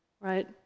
right